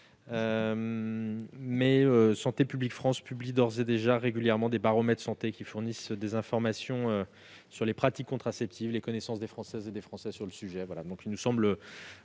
Santé publique France publie d'ores et déjà régulièrement des baromètres santé qui fournissent des informations sur les pratiques contraceptives et les connaissances des Françaises et des Français sur le sujet. Cet amendement semble